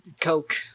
coke